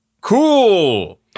Cool